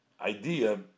idea